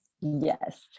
Yes